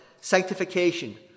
sanctification